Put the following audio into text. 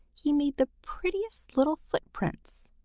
he made the prettiest little footprints.